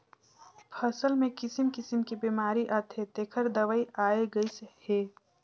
फसल मे किसिम किसिम के बेमारी आथे तेखर दवई आये गईस हे